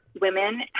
women